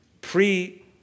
pre